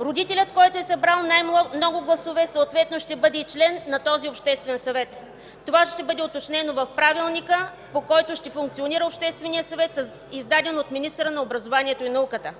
Родителят, който е събрал най-много гласове, съответно ще бъде и член на този Обществен съвет. Това ще бъде уточнено в правилника, по който ще функционира Общественият съвет, издаден от министъра на образованието и науката.